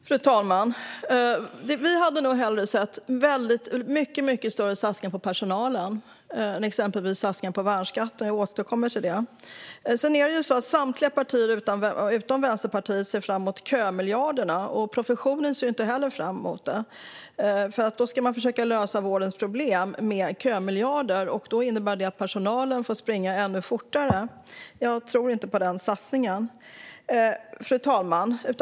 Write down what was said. Fru talman! Vi hade nog hellre sett mycket större satsningar på personalen än på exempelvis värnskatten. Jag återkommer till det. Samtliga partier utom Vänsterpartiet ser fram emot kömiljarderna. Professionen ser inte heller fram emot dem, för om man försöka lösa vårdens problem med kömiljarder innebär det att personalen får springa ännu fortare. Jag tror inte på den satsningen. Fru talman!